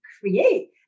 create